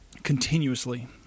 Continuously